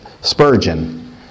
Spurgeon